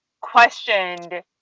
Questioned